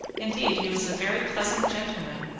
indeed he was a very pleasant gentleman,